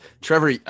Trevor